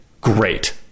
great